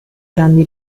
grandi